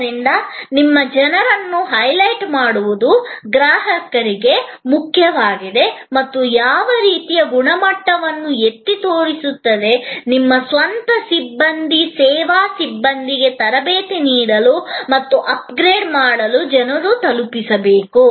ಆದ್ದರಿಂದ ನಿಮ್ಮ ಜನರನ್ನು ಹೈಲೈಟ್ ಮಾಡುವುದು ಗ್ರಾಹಕರಿಗೆ ಮುಖ್ಯವಾಗಿದೆ ಮತ್ತು ಯಾವ ರೀತಿಯ ಗುಣಮಟ್ಟವನ್ನು ಎತ್ತಿ ತೋರಿಸುತ್ತದೆ ನಿಮ್ಮ ಸ್ವಂತ ಸಿಬ್ಬಂದಿ ಸೇವಾ ಸಿಬ್ಬಂದಿಗೆ ತರಬೇತಿ ನೀಡಲು ಮತ್ತು ಅಪ್ಗ್ರೇಡ್ ಮಾಡಲು ಜನರು ತಲುಪಿಸಬೇಕು